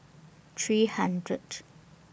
three hundredth